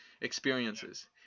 experiences